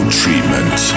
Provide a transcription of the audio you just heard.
treatment